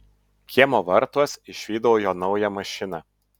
kiemo vartuos išvydau jo naują mašiną